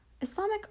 Islamic